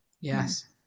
Yes